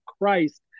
Christ